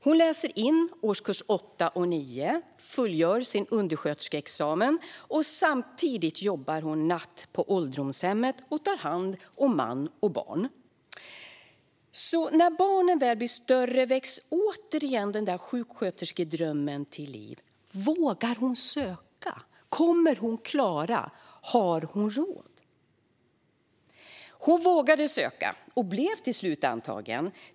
Hon läser in årskurs 8 och 9 och fullgör sin undersköterskeexamen. Samtidigt jobbar hon natt på ålderdomshemmet samt tar hand om man och barn. När barnen väl blir större väcks återigen sjuksköterskedrömmen till liv. Vågar hon söka? Kommer hon att klara av utbildningen? Har hon råd? Hon vågade söka och blev till slut antagen.